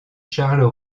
charles